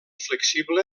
flexible